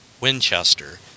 Winchester